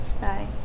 Bye